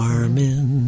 Armin